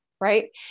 right